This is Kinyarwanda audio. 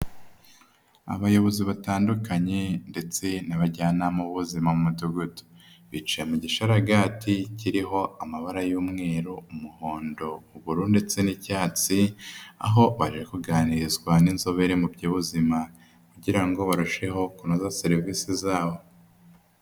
Abayobozi batandukanye ndetse n'abajyanama b'ubuzima mu Mudugudu. bicaye mu gishararagati kiriho amabara y'umweru, umuhondo, uburu ndetse n'icyatsi. Aho bari kuganirizwa n'inzobere mu by'ubuzima kugira ngo barusheho kunoza serivisi zabo.